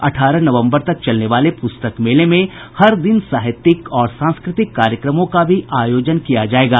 अठारह नवम्बर तक चलने वाले पुस्तक मेले में हर दिन साहित्यिक और सांस्कृतिक कार्यक्रमों का भी आयोजन किया जायेगा